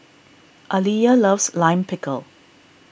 Aliyah loves Lime Pickle